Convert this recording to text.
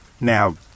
Now